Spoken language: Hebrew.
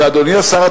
ואדוני השר,